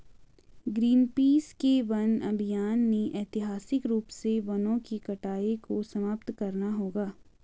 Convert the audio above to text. Greenpeace के वन अभियान ने ऐतिहासिक रूप से वनों की कटाई को समाप्त करना होगा